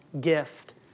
gift